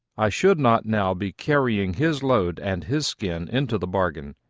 i should not now be carrying his load and his skin into the bargain.